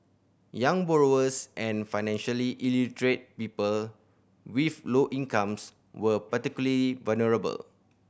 young borrowers and financially illiterate people with low incomes were particularly vulnerable